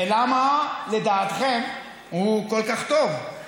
ולמה לדעתכם הוא כל כך טוב?